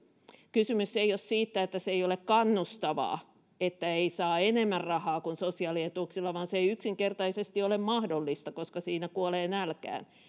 kysymys ei ole siitä että se ei ole kannustavaa että ei saa enemmän rahaa kuin sosiaalietuuksilla vaan se ei yksinkertaisesti ole mahdollista koska siinä kuolee nälkään